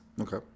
Okay